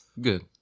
good